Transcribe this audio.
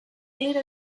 little